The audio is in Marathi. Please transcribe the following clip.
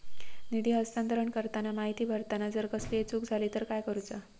निधी हस्तांतरण करताना माहिती भरताना जर कसलीय चूक जाली तर काय करूचा?